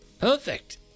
Perfect